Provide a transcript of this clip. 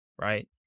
right